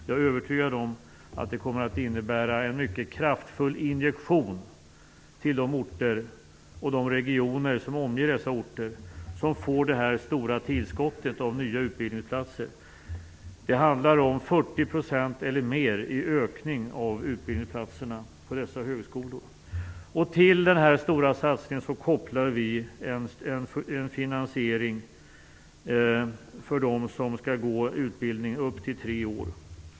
Jag är övertygad om att detta kommer att innebära en mycket kraftfull injektion till de orter, och till de regioner som omger dessa orter, som får det här stora tillskottet av nya utbildningsplatser. Det handlar om 40 % eller mer i ökning av utbildningsplatserna på dessa högskolor. Till denna stora satsning kopplar vi en finansiering för dem som skall gå en utbildning upp till tre år.